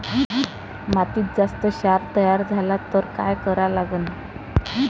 मातीत जास्त क्षार तयार झाला तर काय करा लागन?